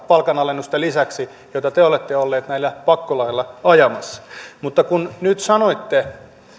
palkanalennusten lisäksi joita te te olette olleet näillä pakkolaeilla ajamassa mutta kun nyt sanoitte